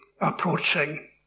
approaching